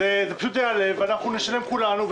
זה פשוט יעלה ואנחנו נשלם כולנו.